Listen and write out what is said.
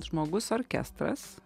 žmogus orkestras